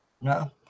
No